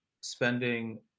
spending